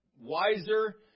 wiser